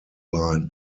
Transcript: line